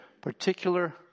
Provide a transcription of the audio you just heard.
particular